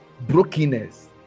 brokenness